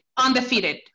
undefeated